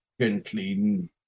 gently